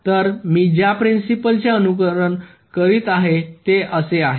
तर मी ज्या प्रिन्सिपल चे अनुसरण करीत आहे ते असे आहे